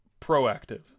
proactive